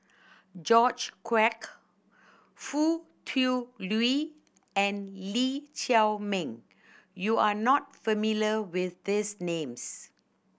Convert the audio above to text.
George Quek Foo Tui Liew and Lee Chiaw Meng you are not familiar with these names